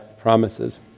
promises